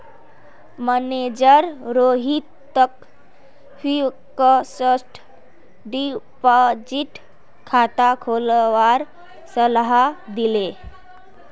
manager रोहितक fixed deposit खाता खोलवार सलाह दिले